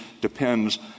depends